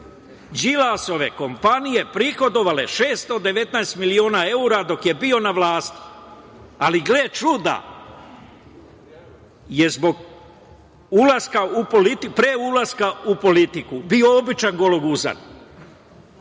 Đilasove kompanije prihodovale 619 milina evra dok je bio na vlasti, ali gle čuda, je pre ulaska u politiku bio običan gologuzan. Poštovani